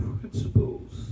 principles